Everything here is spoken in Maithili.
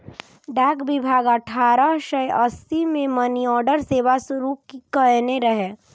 डाक विभाग अठारह सय अस्सी मे मनीऑर्डर सेवा शुरू कयने रहै